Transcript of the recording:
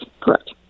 correct